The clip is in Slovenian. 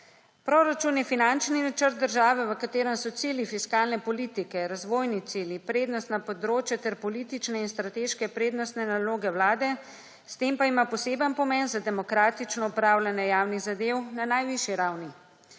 Proračun je finančni načrt države, v katerem so cilij fiskalne politike, razvojni cilji, prednostna področja ter politične in strateške prednostne naloge Vlade, s tem pa ima poseben pomen za demokratično opravljanje javnih zadev na najvišji ravni.